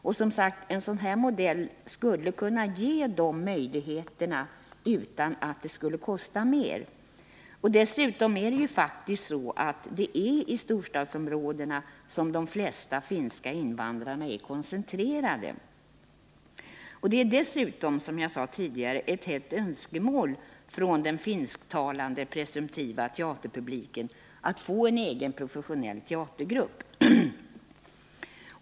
Och som sagt: En sådan här modell skulle kunna ge de möjligheterna utan att det skulle kosta mer. Dessutom är det ju faktiskt så att det är i storstadsområdena som de flesta finska invandrarna är koncentrerade. Det är dessutom, som jag sade tidigare, ett hett önskemål från den finsktalande presumtiva teaterpubliken att få en egen professionell teatergrupp.